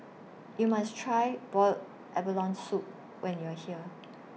YOU must Try boiled abalone Soup when YOU Are here